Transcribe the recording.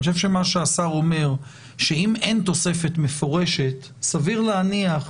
אני חושב שמה שהשר אומר זה שאם אין תוספת מפורשת אז סביר להניח,